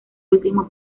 último